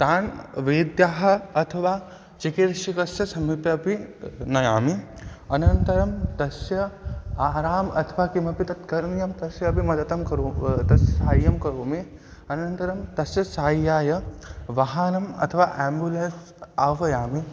तान् वैद्याः अथवा चिकित्सकस्य समीपे अपि नयामि अनन्तरं तस्य आहारम् अथवा किमपि तत् करणीयं तस्य अपि मदतम् करू तत् सहायं करोमि अनन्तरं तस्य सहायाय वाहनम् अथवा आम्बुलेन्स् आह्वयामि